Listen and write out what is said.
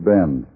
Bend